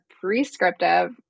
prescriptive